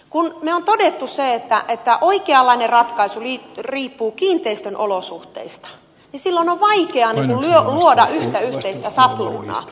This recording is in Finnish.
kun olemme todenneet sen että oikeanlainen ratkaisu riippuu kiinteistön olosuhteista niin silloin on vaikea luoda yhtä yhteistä sapluunaa